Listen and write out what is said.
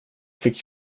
fick